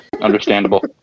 Understandable